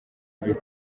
muri